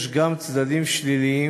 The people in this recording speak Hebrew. יש גם צדדים שליליים.